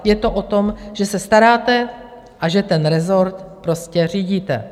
Je to o tom, že se staráte a že ten rezort prostě řídíte.